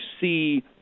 see